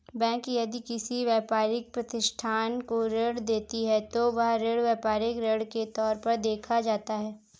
bank यदि किसी व्यापारिक प्रतिष्ठान को ऋण देती है तो वह ऋण व्यापारिक ऋण के तौर पर देखा जाता है